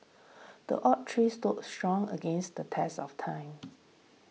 the oak tree stood strong against the test of time